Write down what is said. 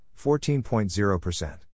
14.0%